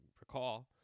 recall